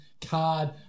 card